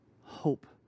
hope